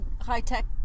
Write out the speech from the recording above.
high-tech